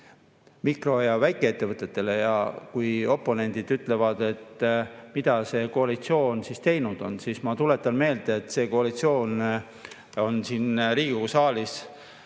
mikro‑ ja väikeettevõtete kohta. Kui oponendid ütlevad, et aga mida see koalitsioon teinud on, siis ma tuletan meelde, et see koalitsioon on siin Riigikogu saalis